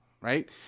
right